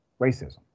racism